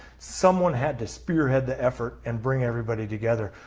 someone had to spearhead the effort and bring everybody together.